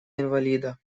инвалида